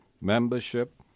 membership